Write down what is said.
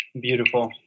Beautiful